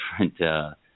different